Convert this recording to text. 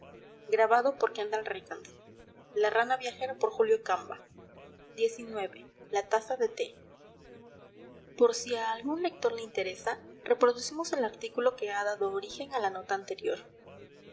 de mujer xix la taza de te por si a algún lector le interesa reproducimos el artículo que ha dado origen a la nota anterior